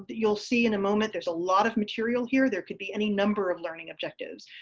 but you'll see in a moment there's a lot of material here. there can be any number of learning objectives.